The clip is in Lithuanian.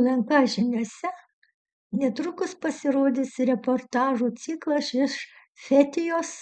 lnk žiniose netrukus pasirodys reportažų ciklas iš fetijos